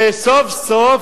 שסוף-סוף